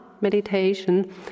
meditation